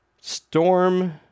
Storm